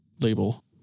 label